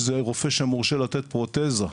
שזה רופא שמורשה לתת פרוטזה,